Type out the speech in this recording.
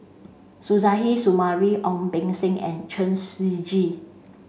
Suzairhe Sumari Ong Beng Seng and Chen Shiji